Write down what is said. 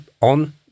on